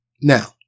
Now